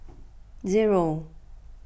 zero